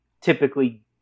typically